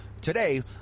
Today